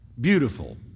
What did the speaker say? beautiful